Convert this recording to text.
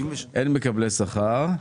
אין מקבלי שכר.